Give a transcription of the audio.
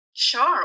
Sure